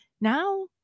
now